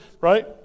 right